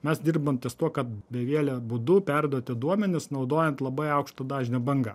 mes dirbam ties tuo kad beviele būdu perduoti duomenis naudojant labai aukšto dažnio bangas